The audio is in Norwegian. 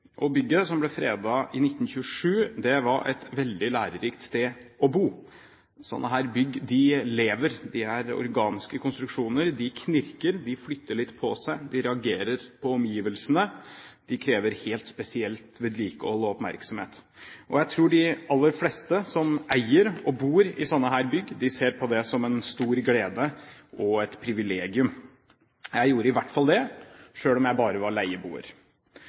Bygget som ble fredet i 1927, var et veldig lærerikt sted å bo. Slike bygg lever, de er organiske konstruksjoner, de knirker, de flytter litt på seg, de reagerer på omgivelsene, de krever helt spesielt vedlikehold og oppmerksomhet. Jeg tror de aller fleste som eier og bor i sånne bygg, ser på det som en stor glede og et privilegium. Jeg gjorde i hvert fall det, selv om jeg bare var leieboer.